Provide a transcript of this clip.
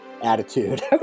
attitude